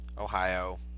Ohio